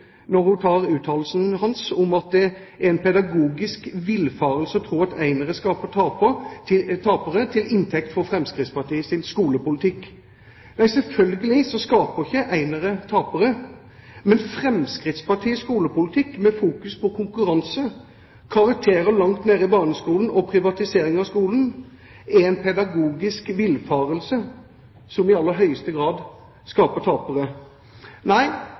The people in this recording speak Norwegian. når hun tar uttalelsen hans, at «det er en pedagogisk villfarelse at enere skaper tapere», til inntekt for Fremskrittspartiets skolepolitikk. Selvfølgelig skaper ikke enere tapere, men Fremskrittspartiets skolepolitikk, med fokus på konkurranse, karakterer langt ned i barneskolen og privatisering av skolen, er en pedagogisk villfarelse som i aller høyeste grad skaper tapere. Nei,